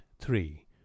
three